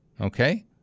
Okay